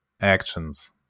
actions